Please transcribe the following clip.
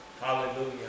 Hallelujah